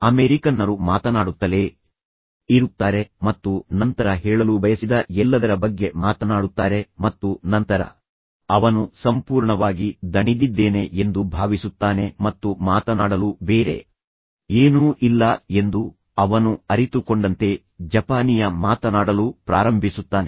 ಅಮೆರಿಕನ್ನರು ಮಾತನಾಡುತ್ತಲೇ ಇರುತ್ತಾರೆ ಮತ್ತು ನಂತರ ಹೇಳಲು ಬಯಸಿದ ಎಲ್ಲದರ ಬಗ್ಗೆ ಮಾತನಾಡುತ್ತಾರೆ ಮತ್ತು ನಂತರ ಅವನು ಸಂಪೂರ್ಣವಾಗಿ ದಣಿದಿದ್ದೇನೆ ಎಂದು ಭಾವಿಸುತ್ತಾನೆ ಮತ್ತು ಮಾತನಾಡಲು ಬೇರೆ ಏನೂ ಇಲ್ಲ ಎಂದು ಅವನು ಅರಿತುಕೊಂಡಂತೆ ಜಪಾನಿಯ ಮಾತನಾಡಲು ಪ್ರಾರಂಭಿಸುತ್ತಾನೆ